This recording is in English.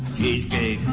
cheesecake.